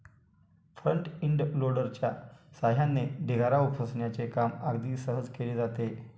front end लोडरच्या सहाय्याने ढिगारा उपसण्याचे काम अगदी सहज केले जाते